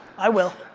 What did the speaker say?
i will.